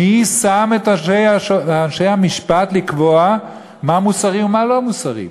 מי שם את אנשי המשפט לקבוע מה מוסרי ומה לא מוסרי?